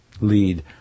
lead